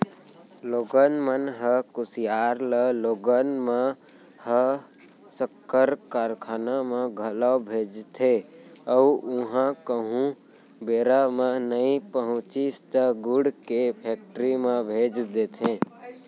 लोगन मन ह कुसियार ल लोगन मन ह सक्कर कारखाना म घलौ भेजथे अउ उहॉं कहूँ बेरा म नइ पहुँचिस त गुड़ के फेक्टरी म भेज देथे